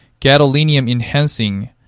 gadolinium-enhancing